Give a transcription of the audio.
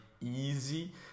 easy